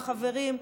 החברים,